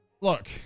look